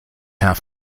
have